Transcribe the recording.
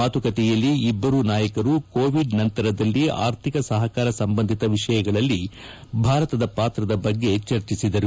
ಮಾತುಕತೆಯಲ್ಲಿ ಇಬ್ಬರೂ ನಾಯಕರು ಕೋವಿಡ್ ನಂತರದಲ್ಲಿ ಆರ್ಥಿಕ ಸಹಕಾರ ಸಂಬಂಧಿತ ವಿಷಯಗಳಲ್ಲಿ ಭಾರತದ ಪಾತ್ರದ ಬಗ್ಗೆ ಚರ್ಚಿಸಿದರು